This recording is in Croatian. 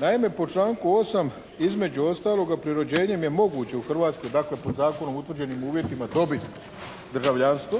Naime po članku 8. između ostaloga pri rođenjem je moguće u Hrvatskoj dakle pod zakonom utvrđenim uvjetima dobiti državljanstvo